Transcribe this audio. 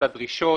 את הדרישות,